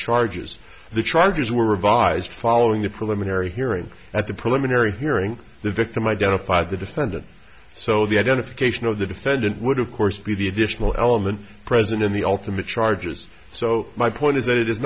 charges the charges were revised following the preliminary hearing at the preliminary hearing the victim identified the defendant so the identification of the defendant would of course be the additional element present in the ultimate charges so my point is that it i